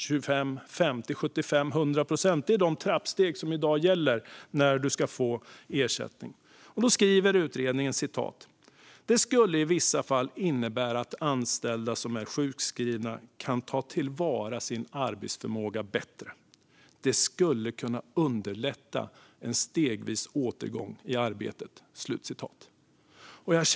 25, 50, 75 och 100 procent är de trappsteg som i dag gäller vid ersättning. Utredningen skriver: "Det skulle i vissa fall innebära att anställda som är sjukskrivna kan ta till vara sin arbetsförmåga bättre. Det skulle kunna underlätta en stegvis återgång i arbete."